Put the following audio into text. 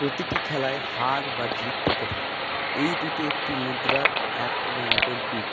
প্রতিটি খেলায় হার বা জিত থেকে থাকে এই দুটি একটু মুদ্রার এক এবং অপর পিঠ